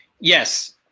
Yes